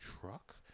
truck